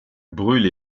brûle